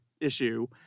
issue